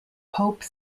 pope